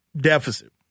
deficit